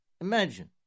Imagine